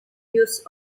use